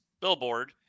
billboard